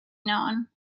known